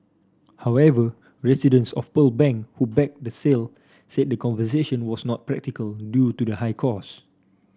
however residents of Pearl Bank who backed the sale said that conservation was not practical due to the high cost